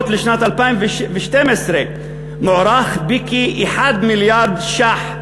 לשנת 2012 מוערכת בכמיליארד ש"ח.